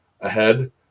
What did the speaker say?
ahead